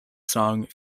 song